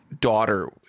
daughter